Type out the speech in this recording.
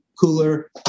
cooler